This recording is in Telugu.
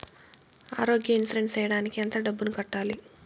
ఆరోగ్య ఇన్సూరెన్సు సేయడానికి ఎంత డబ్బుని కట్టాలి?